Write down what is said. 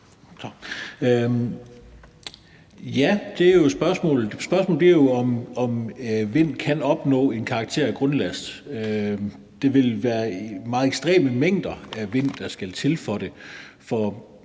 Larsen (LA): Spørgsmålet bliver jo, om vind kan opnå en karakter af grundlast. Det vil være meget ekstreme mængder vind, der skal til for at